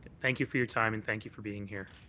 thank you for your time and thank you for being here.